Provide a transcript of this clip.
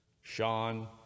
sean